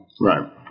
Right